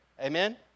amen